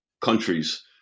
countries